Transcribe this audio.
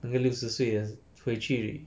那个六十岁的回去